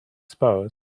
suppose